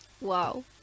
Wow